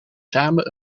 samen